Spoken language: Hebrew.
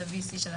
ה-VC של הקורונה,